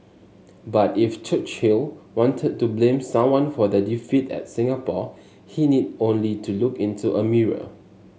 but if Churchill wanted to blame someone for the defeat at Singapore he need only to look into a mirror